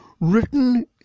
written